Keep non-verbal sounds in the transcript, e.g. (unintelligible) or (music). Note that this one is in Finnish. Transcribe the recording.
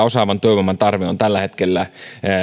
(unintelligible) osaavan työvoiman tarve on tällä hetkellä